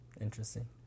interesting